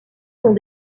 sont